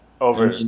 over